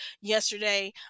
yesterday